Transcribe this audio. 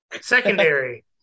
Secondary